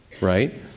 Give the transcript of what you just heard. right